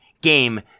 game